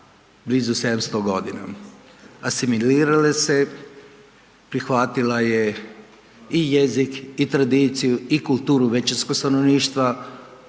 blizu 700.g. Asimilirala se je, prihvatila je i jezik i tradiciju i kulturu većinskog stanovništva.